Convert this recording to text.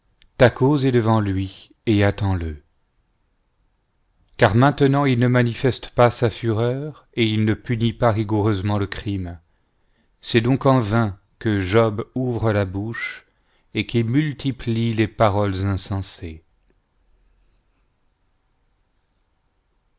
ta cause est devant lui et attends-le